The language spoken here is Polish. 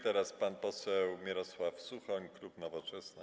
Teraz pan poseł Mirosław Suchoń, klub Nowoczesna.